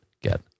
Get